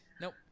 Nope